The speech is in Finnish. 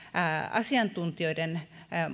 asiantuntijoiden